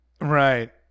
Right